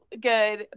good